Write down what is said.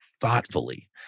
thoughtfully